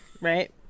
Right